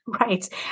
Right